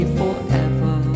forever